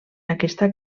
aquesta